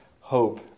hope